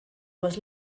was